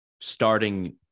starting